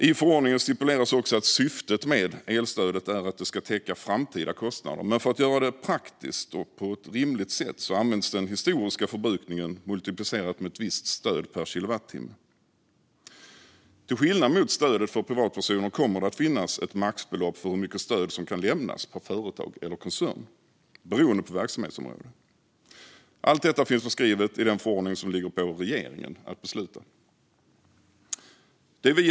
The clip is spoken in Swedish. I förordningen stipuleras också att syftet med elstödet är att det ska täcka framtida kostnader. Men för att göra det på ett praktiskt och rimligt sätt används den historiska förbrukningen multiplicerat med ett visst stöd per kilowattimme. Till skillnad från stödet för privatpersoner kommer det att finnas ett maxbelopp för hur mycket stöd som kan lämnas per företag eller koncern beroende på verksamhetsområde. Allt detta finns beskrivet i den förordning som det ligger på regeringen att besluta om.